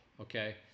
okay